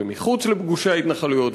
ומחוץ לגושי ההתנחלויות,